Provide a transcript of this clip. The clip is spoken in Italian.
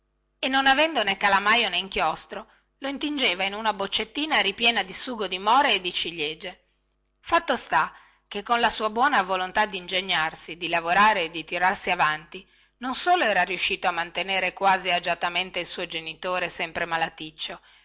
e non avendo né calamaio né inchiostro lo intingeva in una boccettina ripiena di sugo di more e di ciliege fatto sta che con la sua buona volontà dingegnarsi di lavorare e di tirarsi avanti non solo era riuscito a mantenere quasi agiatamente il suo genitore sempre malaticcio